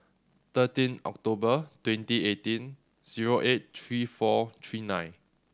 thirteen October twenty eighteen zero eight three four three nine